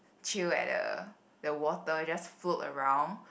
chill at the the water just float around